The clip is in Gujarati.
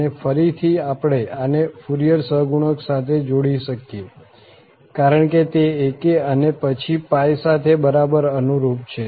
અને ફરીથી આપણે આને ફુરિયર સહગુણક સાથે જોડી શકીએ છીએ કારણ કે તે ak અને પછી π સાથે બરાબર અનુરૂપ છે